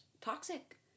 toxic